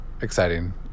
exciting